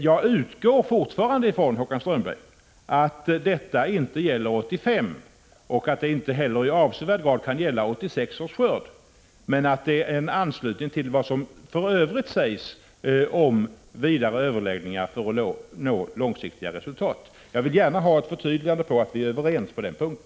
Jag utgår fortfarande från, Håkan Strömberg, att detta inte gäller 1985 och att det inte heller i avsevärd grad kan gälla 1986 års skörd men att det är en anslutning till vad som för övrigt sägs om vidare överläggningar för att nå långsiktiga resultat. Jag vill gärna ha ett förtydligande av att vi är överens på den punkten.